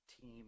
team